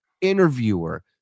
interviewer